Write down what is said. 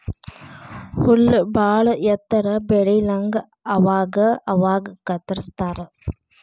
ಹುಲ್ಲ ಬಾಳ ಎತ್ತರ ಬೆಳಿಲಂಗ ಅವಾಗ ಅವಾಗ ಕತ್ತರಸ್ತಾರ